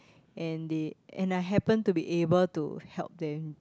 and they and I happen to be able to help them